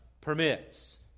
permits